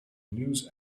news